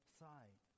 side